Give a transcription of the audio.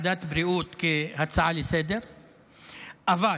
לוועדת הבריאות כהצעה לסדר-היום.